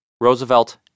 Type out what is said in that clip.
Roosevelt